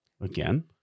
again